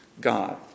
God